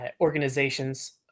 organizations